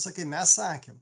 sakai mes sakėm